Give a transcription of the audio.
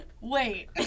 Wait